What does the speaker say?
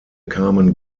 kamen